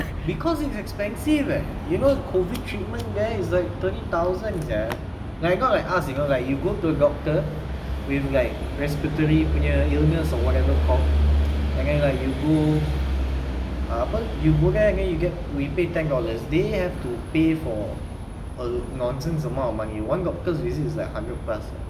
because it's expensive eh you know COVID treatment there is like thirty thousand sia not like us like you go to doctor with like respiratory punya illness or whatever cock and then like you go you ah apa you go there again you get we pay ten dollars they have to pay for a nonsense amount of money [one] doctor's visit is like hundred plus sia